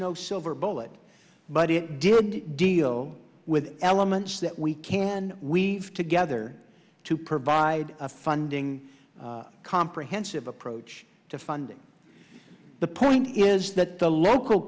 no silver bullet but it didn't deal with elements that we can we have together to provide a funding comprehensive approach to funding the point is that the local